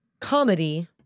Comedy